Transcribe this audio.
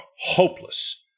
hopeless